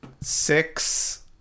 Six